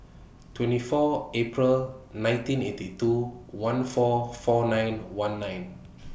twenty four April nineteen eighty two one four four nine one nine